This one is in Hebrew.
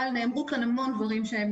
אבל נאמרו כאן המון דברים,